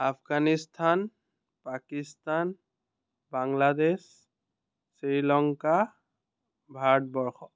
Afghanistan Pakistan Bangladesh Sri Lanka Bharatvarsha